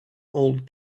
old